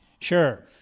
Sure